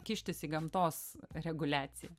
kištis į gamtos reguliaciją